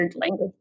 language